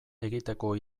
egiteko